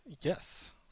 Yes